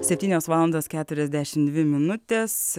septynios valandas keturiasdešim dvi minutės